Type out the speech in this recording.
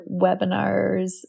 webinars